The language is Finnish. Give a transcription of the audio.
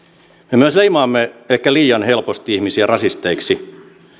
me me myös leimaamme ehkä liian helposti ihmisiä rasisteiksi